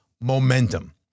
momentum